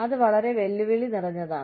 അത് വളരെ വെല്ലുവിളി നിറഞ്ഞതാണ്